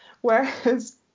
whereas